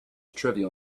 trivial